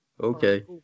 Okay